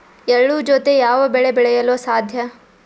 ಎಳ್ಳು ಜೂತೆ ಯಾವ ಬೆಳೆ ಬೆಳೆಯಲು ಸಾಧ್ಯ?